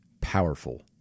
powerful